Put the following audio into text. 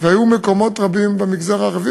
והיו מקומות רבים במגזר הערבי,